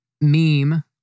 meme